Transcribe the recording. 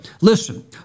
listen